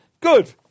Good